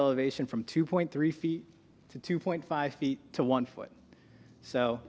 elevation from two point three feet to two point five feet to one foot